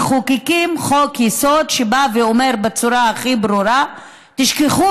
מחוקקים חוק-יסוד שבא ואומר בצורה הכי ברורה: תשכחו